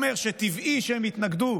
אומר שטבעי שהם יתנגדו,